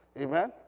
amen